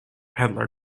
peddler